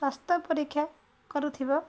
ସ୍ୱାସ୍ଥ୍ୟ ପରୀକ୍ଷା କରୁଥିବ